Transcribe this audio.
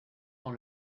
dans